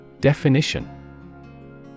DEFINITION